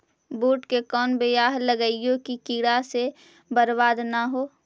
बुंट के कौन बियाह लगइयै कि कीड़ा से बरबाद न हो?